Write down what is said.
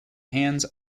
hands